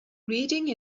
reading